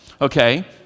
Okay